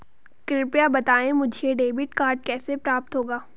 कृपया बताएँ मुझे डेबिट कार्ड कैसे प्राप्त होगा?